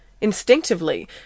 Instinctively